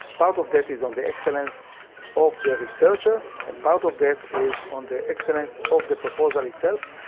part of that is on the excellence of the researcher and part of that is on the excellence of the proposal itself,